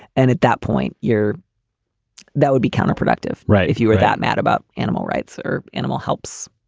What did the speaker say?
and at that point, you're that would be counterproductive. right. if you were that mad about animal rights or animal helps,